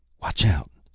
watch out!